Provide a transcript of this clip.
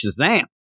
Shazam